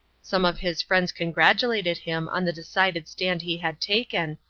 some of his friends congratulated him on the decided stand he had taken,